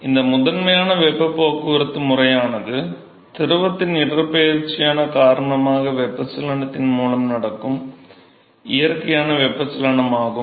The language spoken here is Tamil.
இங்கு முதன்மையான வெப்பப் போக்குவரத்து முறையானது திரவத்தின் இடப்பெயர்ச்சியின் காரணமாக வெப்பச்சலனத்தின் மூலம் நடக்கும் இயற்கையான வெப்பச்சலனம் ஆகும்